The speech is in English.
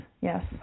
yes